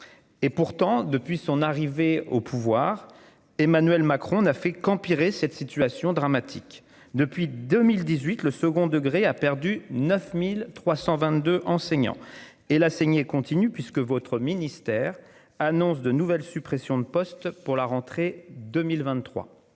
Et pourtant depuis son arrivée au pouvoir. Emmanuel Macron n'a fait qu'empirer. Cette situation dramatique. Depuis 2018, le second degré a perdu 9322 enseignants et la saignée continue puisque votre ministère annonce de nouvelles suppressions de postes pour la rentrée 2023.